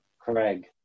Craig